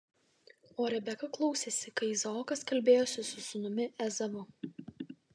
o rebeka klausėsi kai izaokas kalbėjosi su sūnumi ezavu